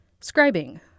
Scribing